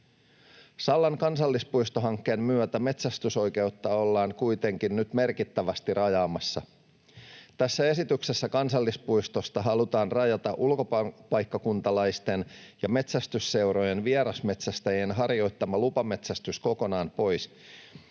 Sallan kansallispuistohankkeen myötä metsästysoikeutta ollaan kuitenkin nyt merkittävästi rajaamassa. Tässä esityksessä kansallispuistosta halutaan rajata ulkopaikkakuntalaisten ja metsästysseurojen vierasmetsästäjien harjoittama lupametsästys kokonaan pois,